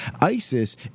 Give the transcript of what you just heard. ISIS